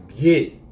get